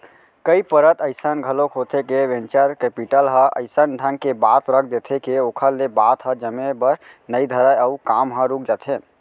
कई परत अइसन घलोक होथे के वेंचर कैपिटल ह अइसन ढंग के बात रख देथे के ओखर ले बात ह जमे बर नइ धरय अउ काम ह रुक जाथे